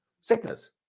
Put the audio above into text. Sickness